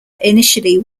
initially